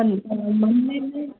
ह म महीने में